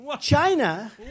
China